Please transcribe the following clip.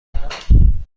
میکنم